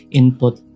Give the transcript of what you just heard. input